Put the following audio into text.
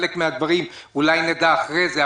חלק מן הדברים אולי נדע אחרי זה,